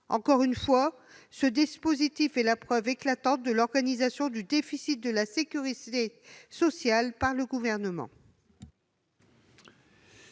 Encore une fois, ce dispositif est la preuve éclatante de l'organisation du déficit de la sécurité sociale par le Gouvernement.